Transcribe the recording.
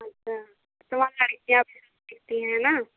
अच्छा तमाम लड़कियाँ भी खेलती हैं ना